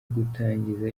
gutangiza